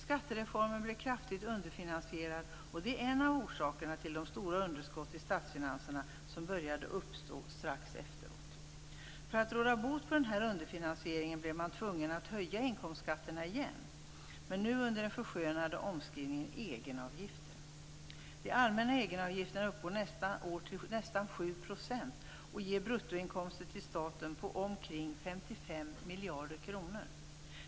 Skattereformen blev kraftigt underfinansierad, och det är en av orsakerna till de stora underskott i statsfinanserna som började uppstå strax efteråt. För att råda bot på denna underfinansiering blev man tvungen att höja inkomstskatterna igen, men nu med den förskönande omskrivningen egenavgifter. De allmänna egenavgifterna uppgår nästa år till nästan 55 miljarder kronor.